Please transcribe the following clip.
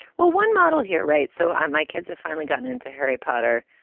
well, one model here. right. so um my kids have finally gotten into harry potter.